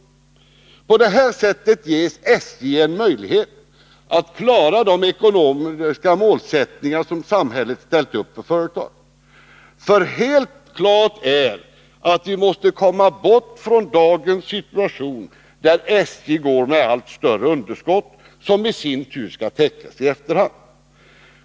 På det sättet får SJ möjlighet att klara de ekonomiska målsättningar som samhället ställt upp för företaget. För helt klart är att vi måste komma bort från dagens situation — SJ dras med ett allt större underskott, som i sin tur skall täckas i efterhand.